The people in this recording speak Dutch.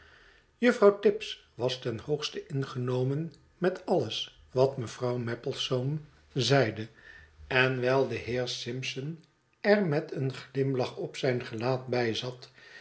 juffrouw tibbs was ten hoogste ingenomen met alles wat mevrouw maplesone zeide en wijl de heer simpson er met een glimlach op zijn gelaat byzat